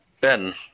Ben